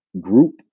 group